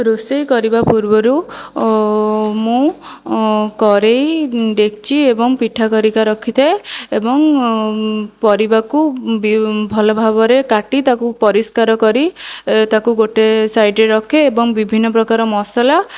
ରୋଷେଇ କରିବା ପୂର୍ବରୁ ମୁଁ କଡ଼େଇ ଡେକ୍ଚି ଏବଂ ପିଠା ଖଡ଼ିକା ରଖିଥାଏ ଏବଂ ପରିବାକୁ ଭଲ ଭାବରେ କାଟି ତାକୁ ପରିଷ୍କାର କରି ତାକୁ ଗୋଟିଏ ସାଇଡ୍ରେ ରଖେ ଏବଂ ବିଭିନ୍ନ ପ୍ରକାର ମସଲା